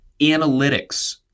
analytics